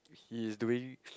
he's doing